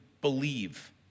believe